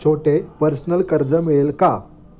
छोटे पर्सनल कर्ज मिळेल का?